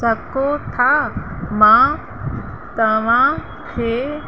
सघो था मां तव्हांखे